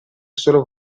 solo